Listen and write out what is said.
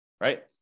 right